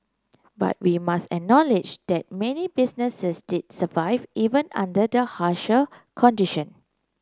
but we must acknowledge that many businesses did survive even under the harsher condition